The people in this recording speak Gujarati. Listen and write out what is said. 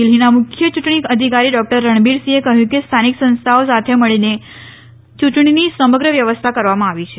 દિલ્ફીના મુખ્ય ચુંટણી અધિકારી ડોકટર રણબીરસીંહે કહયું કે સ્થાનિક સંસ્થાઓ સાથે મળીને યુંટણીની સમગ્ર વ્યવસ્થા કરવામાં આવી છે